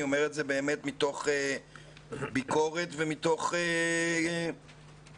אני אומר את זה מתוך ביקורת ומתוך דאגה,